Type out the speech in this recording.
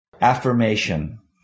Affirmation